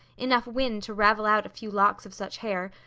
enough wind to ravel out a few locks of such hair,